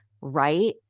right